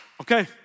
okay